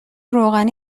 روغنی